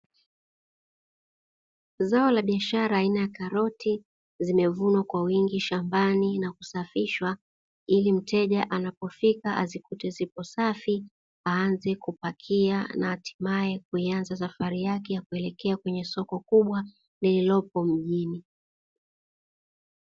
Zao la biashara aina ya karoti zimevunwa kwa wingi shambani na kusafishwa ili mteja anapofika azikute zipo safi aanze kupakia na hatimaye kuianza safari yake ya kuelekea kwenye soko kubwa lililopo mjini.